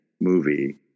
movie